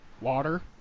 water